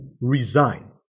resign